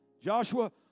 Joshua